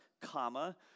comma